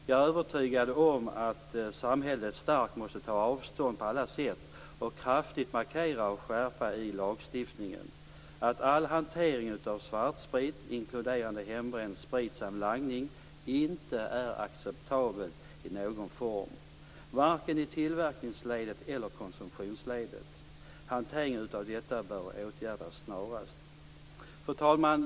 Jag är övertygad om att samhället starkt måste ta avstånd på alla sätt och kraftigt markera och skärpa i lagstiftningen att all hantering av svartsprit inkluderande hembränd sprit samt langning inte är acceptabel i någon form, varken i tillverkningsledet eller i konsumtionsledet. Hanteringen av detta bör åtgärdas snarast. Fru talman!